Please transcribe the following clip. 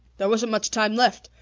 there wasn't much time left.